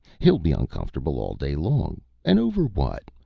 he'll be uncomfortable all day long, and over what?